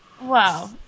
Wow